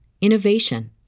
innovation